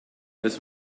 this